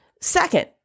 Second